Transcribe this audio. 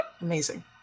amazing